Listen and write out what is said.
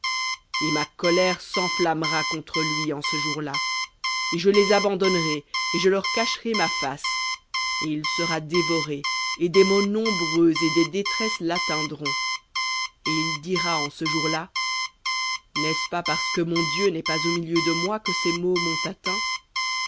et ma colère s'enflammera contre lui en ce jour-là et je les abandonnerai et je leur cacherai ma face et il sera dévoré et des maux nombreux et des détresses l'atteindront et il dira en ce jour-là n'est-ce pas parce que mon dieu n'est pas au milieu de moi que ces maux m'ont atteint